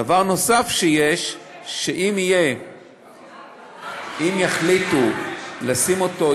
דבר נוסף הוא שאם יחליטו לשים אותו,